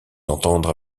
entendre